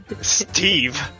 Steve